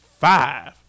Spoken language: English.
five